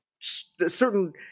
certain